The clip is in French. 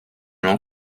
long